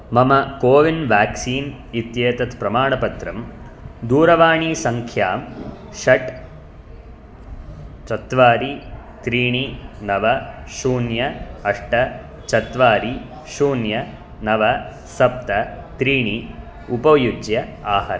मम CoWIN vaccine इत्येतत् प्रमाणपत्रं दूरवाणीसङ्ख्यां षट् चत्वारि त्रीणि नव शून्य अष्ट चत्वारि शून्य नव सप्त त्रीणि उपयुज्य आहर